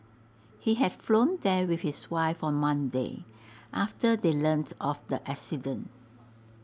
he had flown there with his wife on Monday after they learnt of the accident